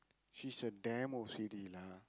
she's a damn O_C_D lah